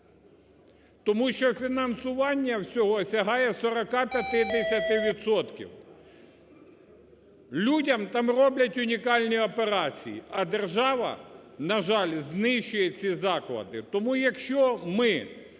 тому що фінансування всього сягає 40-50 відсотків. Людям там роблять унікальні операції, а держава, на жаль, знищує ці заклади.